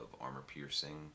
armor-piercing